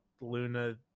luna